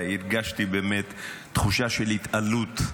והרגשתי באמת תחושה של התעלות.